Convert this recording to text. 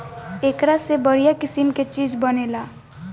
एकरा से बढ़िया किसिम के चीज बनेला